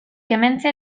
hementxe